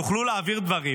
ותוכלו להעביר דברים